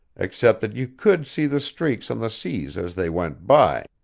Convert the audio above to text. except that you could see the streaks on the seas as they went by,